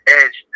edge